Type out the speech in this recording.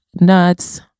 nuts